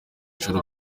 joro